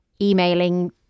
emailing